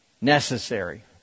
Necessary